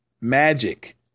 Magic